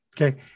Okay